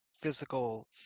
physical